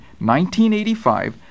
1985